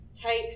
type